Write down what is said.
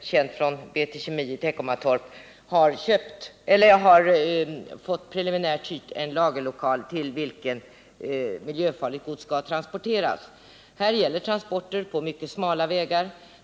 känt från fallet med BT-Kemi i Teckomatorp, preliminärt har hyrt en lagerlokal, till vilken miljöfarligt gods skall transporteras. Det blir här fråga om transporter på mycket smala vägar.